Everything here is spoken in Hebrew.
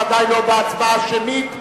בוודאי לא בהצבעה האישית,